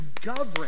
govern